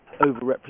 overrepresented